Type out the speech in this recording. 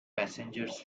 passengers